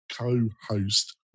co-host